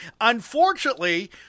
unfortunately